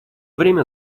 время